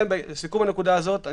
לסיכום הנקודה הזאת.